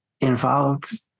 involved